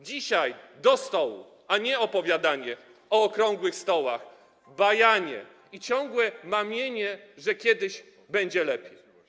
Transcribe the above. Dzisiaj - do stołu, a nie opowiadanie o okrągłych stołach, bajanie i ciągłe mamienie, że kiedyś będzie lepiej.